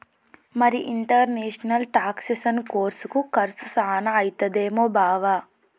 మరి ఇంటర్నేషనల్ టాక్సెసను కోర్సుకి కర్సు సాన అయితదేమో బావా